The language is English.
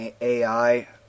AI